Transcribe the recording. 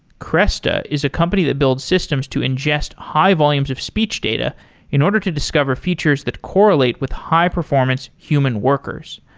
cresta is a company to build systems to ingest high volumes of speech data in order to discover features that correlate with high-performance human workers.